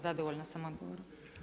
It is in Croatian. Zadovoljna sam odgovorom.